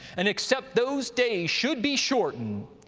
and except those days should be shortened,